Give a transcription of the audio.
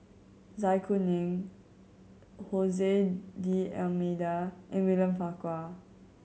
Zai Kuning D'Almeida and William Farquhar